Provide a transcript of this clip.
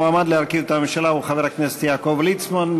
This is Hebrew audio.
המועמד להרכיב את הממשלה הוא חבר הכנסת יעקב ליצמן.